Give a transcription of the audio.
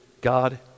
God